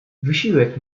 wysiłek